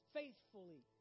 faithfully